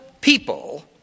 people